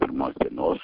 pirmos dienos